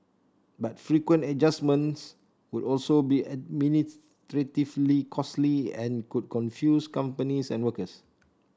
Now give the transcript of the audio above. but frequent adjustments would also be administratively costly and could confuse companies and workers